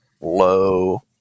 low